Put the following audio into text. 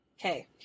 Okay